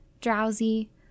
drowsy